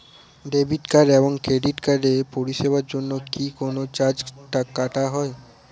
Debit card এবং credit কার্ডের পরিষেবার জন্য কি কোন চার্জ কাটা হয়?